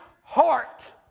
heart